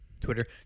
Twitter